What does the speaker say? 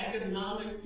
Economic